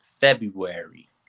February